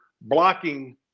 blocking